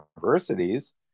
universities